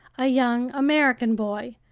a young american boy,